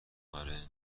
آره